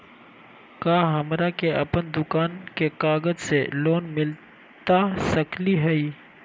का हमरा के अपन दुकान के कागज से लोन मिलता सकली हई?